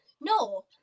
no